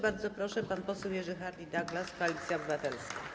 Bardzo proszę, pan poseł Jerzy Hardie-Douglas, Koalicja Obywatelska.